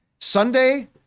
Sunday